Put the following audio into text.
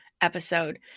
episode